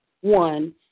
one